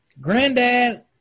Granddad